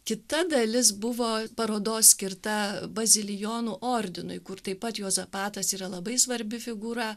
kita dalis buvo parodos skirta bazilijonų ordinui kur taip pat juozapatas yra labai svarbi figūra